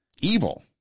Evil